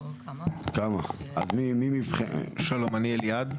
שלום, אני אליעד.